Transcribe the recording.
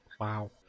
Wow